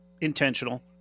intentional